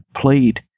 played